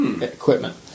equipment